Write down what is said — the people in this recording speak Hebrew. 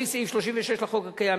לפי סעיף 36 לחוק הקיים,